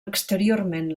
exteriorment